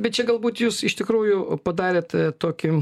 bet čia galbūt jūs iš tikrųjų padarėt tokį